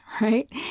right